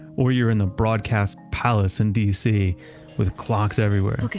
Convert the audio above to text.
or you're in the broadcast palace in dc with clocks everywhere.